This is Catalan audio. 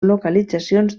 localitzacions